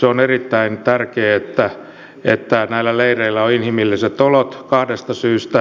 on erittäin tärkeää että näillä leireillä on inhimilliset olot kahdesta syystä